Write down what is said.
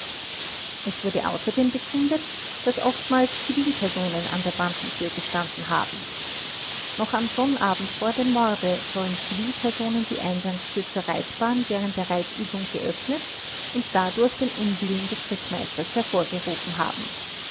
es wurde außerdem bekundet daß oftmals zivilpersonen an der bandentür gestanden haben noch am sonnabend vor dem morde sollen zivilpersonen die eingangstür zur reitbahn während der reitübung geöffnet und dadurch den unwillen des rittmeisters hervorgerufen haben